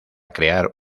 crear